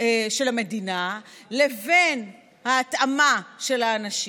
של המדינה לבין ההתאמה של האנשים,